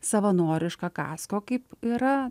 savanorišką kasko kaip yra